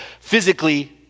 physically